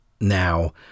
Now